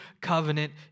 covenant